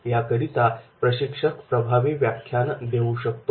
याकरता प्रशिक्षक प्रभावी व्याख्यान देऊ शकतो